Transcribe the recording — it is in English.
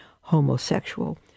homosexual